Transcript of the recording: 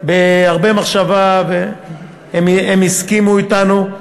בהרבה מחשבה, והם הסכימו אתנו.